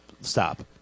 stop